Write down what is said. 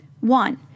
One